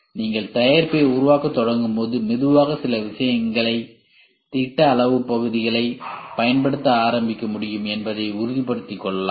நீங்கள் தயாரிப்பை உருவாக்கத் தொடங்கும் போது மெதுவாக சில விஷயங்களை திட்ட அளவு பகுதிகளைப் பயன்படுத்த ஆரம்பிக்க முடியும் என்பதை உறுதிப்படுத்திக் கொள்ளலாம்